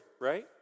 right